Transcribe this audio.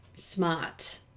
smart